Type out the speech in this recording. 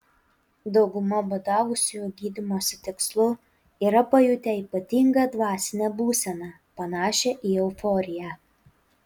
dauguma badavusiųjų gydymosi tikslu yra pajutę ypatingą dvasinę būseną panašią į euforiją